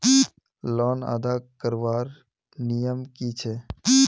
Loan अदा करवार नियम की छे?